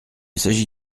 s’agit